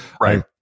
right